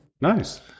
Nice